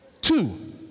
Two